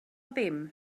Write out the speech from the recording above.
ddim